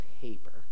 paper